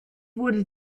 wurde